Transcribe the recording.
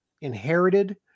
inherited